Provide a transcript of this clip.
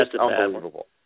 unbelievable